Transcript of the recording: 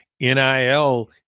NIL